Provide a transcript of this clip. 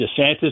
DeSantis